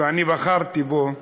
ואני בחרתי בו,